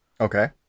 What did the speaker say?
Okay